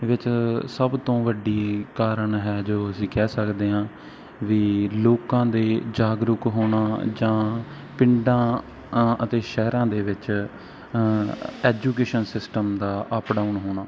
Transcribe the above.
ਇਹਦੇ 'ਚ ਸਭ ਤੋਂ ਵੱਡੀ ਕਾਰਨ ਹੈ ਜੋ ਅਸੀਂ ਕਹਿ ਸਕਦੇ ਹਾਂ ਵੀ ਲੋਕਾਂ ਦੇ ਜਾਗਰੂਕ ਹੋਣਾ ਜਾਂ ਪਿੰਡਾਂ ਆਂ ਅਤੇ ਸ਼ਹਿਰਾਂ ਦੇ ਵਿੱਚ ਐਜੂਕੇਸ਼ਨ ਸਿਸਟਮ ਦਾ ਅਪ ਡਾਊਨ ਹੋਣਾ